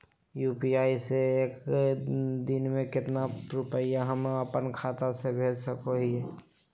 UPI से एक दिन में कितना रुपैया हम अपन खाता से भेज सको हियय?